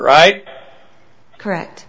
right correct